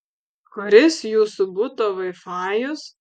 kuris jūsų buto vaifajus